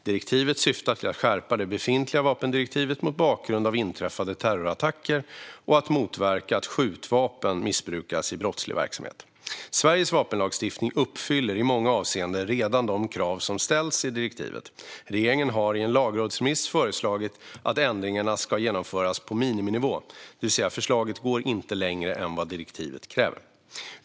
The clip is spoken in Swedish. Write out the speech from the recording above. Direktivet syftar till att skärpa det befintliga vapendirektivet, mot bakgrund av inträffade terrorattacker, och till att motverka att skjutvapen missbrukas i brottslig verksamhet. Sveriges vapenlagstiftning uppfyller i många avseenden redan de krav som ställs i direktivet. Regeringen har i en lagrådsremiss föreslagit att ändringarna ska genomföras på miniminivå, det vill säga att förslagen inte går längre än vad direktivet kräver.